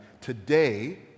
Today